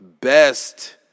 best